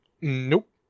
Nope